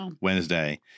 Wednesday